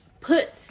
put